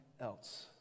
else